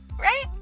right